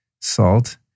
salt